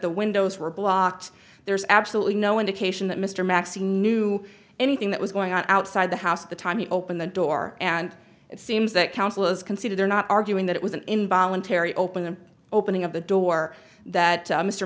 the windows were blocked there's absolutely no indication that mr macksey knew anything that was going on outside the house at the time he opened the door and it seems that counsel is conceded they're not arguing that it was an involuntary opening opening of the door that mr